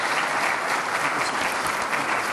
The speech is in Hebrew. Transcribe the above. (מחיאות כפיים)